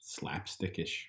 slapstickish